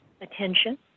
attention